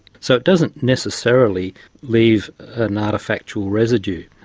so it doesn't necessarily leave an artifactual residue.